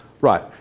right